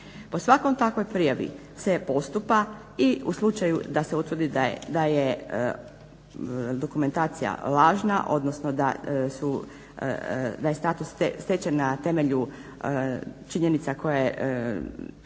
Po svakoj takvoj prijavi se postupa i u slučaju da se utvrdi da je dokumentacija lažna odnosno da su, da je status stečen na temelju činjenica koje